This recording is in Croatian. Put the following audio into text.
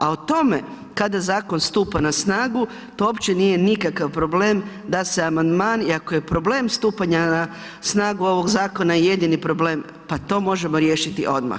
A o tome kada zakon stupa na snagu to opće nije nikakav problem, da se amandman i ako je problem stupanja na snagu ovog zakona jedini problem, pa to možemo riješiti odmah.